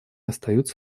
остаются